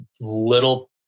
little